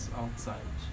outside